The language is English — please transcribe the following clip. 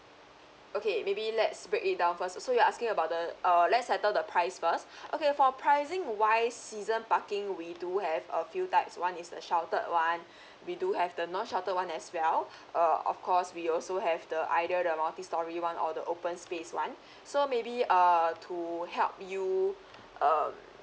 okay maybe let's break it down first so you are asking about the err let's settle the price first okay for pricing wise season parking we do have a few types one is the sheltered one we do have the non sheltered one as well uh of course we also have the either the multistorey one or the open space one so maybe err to help you um